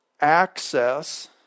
access